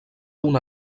una